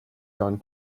gone